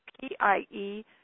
P-I-E